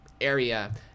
area